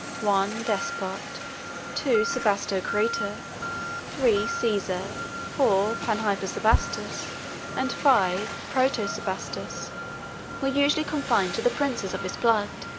one. despot two. sebastocrator three. caesar four. panhypersebastos and, five. protosebastos were usually confined to the princes of his blood